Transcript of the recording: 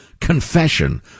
confession